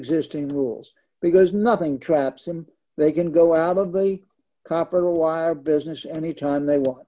existing rules because nothing traps and they can go out of the copper wire business any time they want